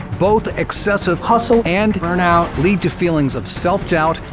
both excessive hustle. and burn out. lead to feelings of self doubt,